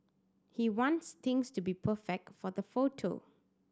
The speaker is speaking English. he wants things to be perfect for the photo